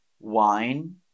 Wine